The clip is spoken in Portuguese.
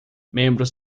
membros